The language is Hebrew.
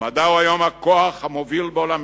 המדע הוא היום הכוח המוביל בעולמנו.